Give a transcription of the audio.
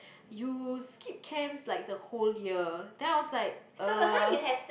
you skip camps like the whole year then I was like uh